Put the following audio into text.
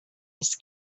his